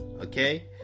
okay